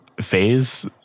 Phase